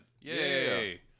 Yay